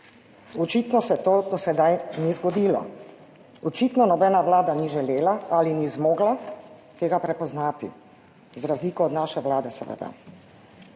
Očitno se to do sedaj ni zgodilo. Očitno nobena Vlada ni želela ali ni zmogla tega prepoznati, z razliko od naše Vlade seveda.